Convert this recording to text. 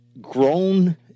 grown